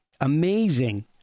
amazing